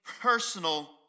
personal